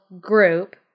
group